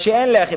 כשאין לחם.